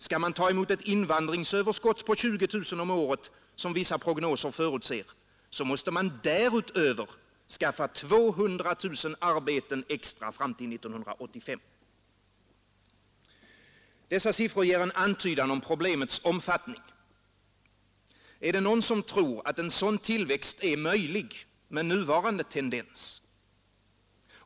Skall man ta emot ett invandringsöverskott på 20 000 om året, som vissa prognoser förutser, måste man därutöver skaffa 200 000 arbeten extra fram till 1985. Dessa siffror ger en antydan om problemets omfattning. Tror någon att en sådan tillväxt är möjlig med nuvarande tendens?